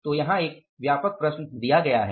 तो यहाँ एक व्यापक प्रश्न दिया गया है